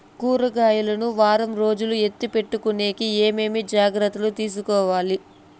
కూరగాయలు ను వారం రోజులు ఎత్తిపెట్టుకునేకి ఏమేమి జాగ్రత్తలు తీసుకొవాలి?